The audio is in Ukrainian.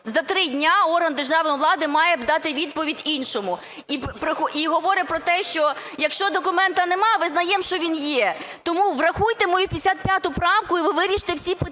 за 3 дні орган державної влади має дати відповідь іншому. І говорить про те, що якщо документа немає, визнаємо, що він є. Тому врахуйте мою 55 правку, і ви вирішите всі питання,